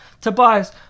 Tobias